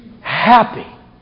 happy